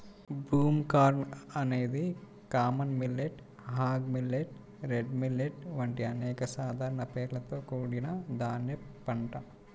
broomcorn అనేది common millet, hog millet, red millet వంటి అనేక సాధారణ పేర్లతో కూడిన ధాన్యం పంట